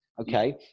Okay